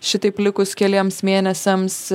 šitaip likus keliems mėnesiams